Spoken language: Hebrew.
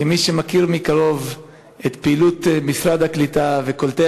כמי שמכיר מקרוב את פעילות משרד הקליטה וקולטי